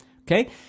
Okay